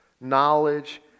knowledge